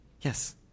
yes